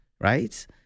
Right